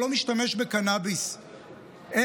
הוא לא משתמש בקנביס אלא